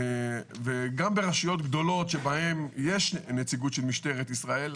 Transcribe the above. גם ברשויות גדולות שבהן יש נציגות של משטרת ישראל,